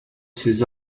ses